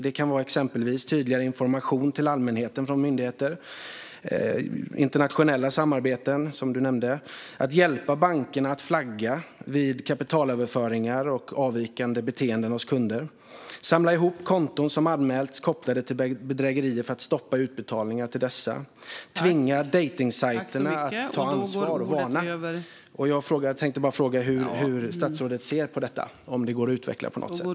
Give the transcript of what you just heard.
Det kan vara exempelvis tydligare information till allmänheten från myndigheter, internationella samarbeten, som du nämnde, och att hjälpa bankerna att flagga vid kapitalöverföringar och avvikande beteenden hos kunder. Det kan vara att samla ihop konton som anmälts kopplade till bedrägerier för att stoppa utbetalningar till dessa och att tvinga dejtingsajterna att ta ansvar och varna. Jag vill fråga hur statsrådet ser på detta och om det går att utveckla på något sätt.